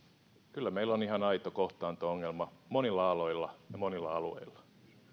kyllä meillä on ihan aito kohtaanto ongelma monilla aloilla ja monilla alueilla